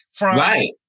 Right